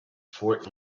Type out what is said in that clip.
fort